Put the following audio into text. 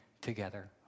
together